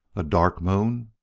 a dark moon!